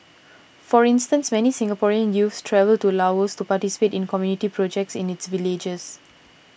for instance many Singaporean youths travel to Laos to participate in community projects in its villages